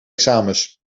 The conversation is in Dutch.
examens